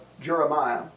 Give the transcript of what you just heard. Jeremiah